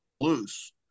loose